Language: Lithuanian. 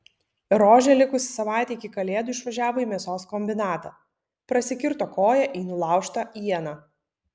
rožė likus savaitei iki kalėdų išvažiavo į mėsos kombinatą prasikirto koją į nulaužtą ieną